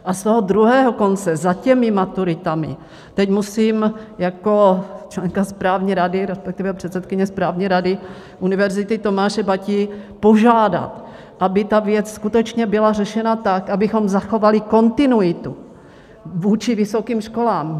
A z toho druhého konce, za těmi maturitami, teď musím jako členka správní rady, respektive předsedkyně Správní rady Univerzity Tomáše Bati požádat, aby ta věc skutečně byla řešena tak, abychom zachovali kontinuitu vůči vysokým školám.